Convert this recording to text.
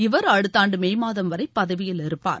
இவர் அடுத்த ஆண்டு மே மாதம் வரை பதவியில் இருப்பார்